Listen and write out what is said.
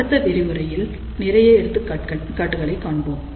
அடுத்த விரிவுரையில் நிறைய எடுத்துக்காட்டுகளைக் காண்போம்